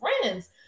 friends